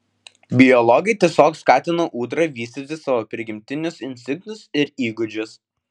biologai tiesiog skatina ūdra vystyti savo prigimtinius instinktus ir įgūdžius